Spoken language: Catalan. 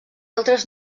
altres